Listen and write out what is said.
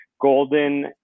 golden